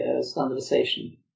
standardization